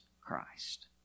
Christ